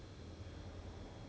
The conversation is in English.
ya lor ya ya